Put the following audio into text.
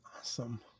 Awesome